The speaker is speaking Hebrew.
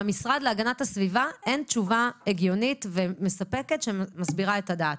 מהמשרד להגנת הסביבה אין תשובה הגיונית ומספקת שמסבירה את הדעת.